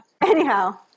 Anyhow